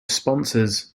sponsors